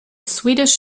swedish